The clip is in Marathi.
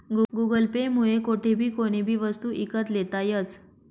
गुगल पे मुये कोठेबी कोणीबी वस्तू ईकत लेता यस